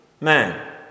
man